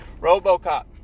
Robocop